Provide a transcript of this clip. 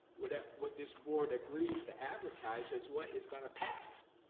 what ah what this board agrees to advertise is what is gonna pass.